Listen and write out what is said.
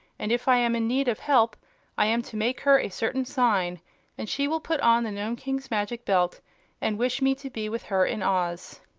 and if i am in need of help i am to make her a certain sign and she will put on the nome king's magic belt and wish me to be with her in oz.